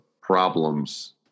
problems